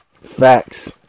Facts